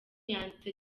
yanditse